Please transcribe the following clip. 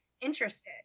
interested